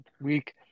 week